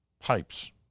pipes